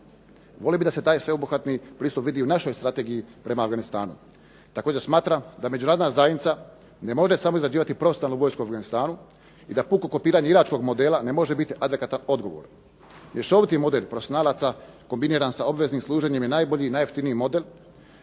Volio bih da se taj sveobuhvatni pristup vidi u našoj strategiji prema Afganistanu. Također smatram da međunarodna zajednica ne može samo izrađivati profesionalnu vojsku u Afganistanu i da puko kopiranje iračkog modela ne može biti adekvatan odgovor. Mješoviti model profesionalaca kombiniran sa obveznim služenjem je najbolji i najjeftiniji model,